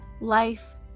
Life